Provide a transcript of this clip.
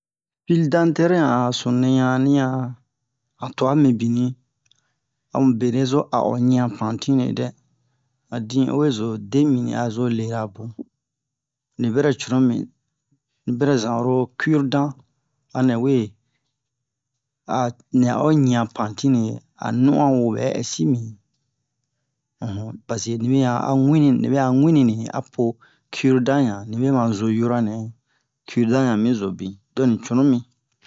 file dantɛr ɲan a sunu ɲan ni ɲan han twa mibinni amu benɛ zo a o ɲiyan pantine a din o we zo de min a zo lere bun ni bɛrɛ cunu mi ni bɛrɛ zan oro kirdan anɛ we a ɲan o ɲiyan pantine a nu'on wo ɓɛ ɛsi mi um paseke ni be ɲan a wini nibe a winini apo kirdan ɲan nibe ma zo yɔrɔ nɛ kirdan ɲan mi zo bin donk ni cunu mi